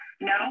no